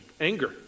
anger